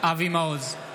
אבי מעוז,